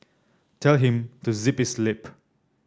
tell him to zip his lip